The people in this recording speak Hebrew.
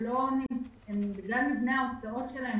בגלל מבנה ההוצאות שלהם,